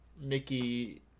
Mickey